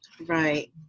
Right